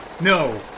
No